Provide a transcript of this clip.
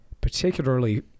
particularly